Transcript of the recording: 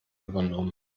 übernommen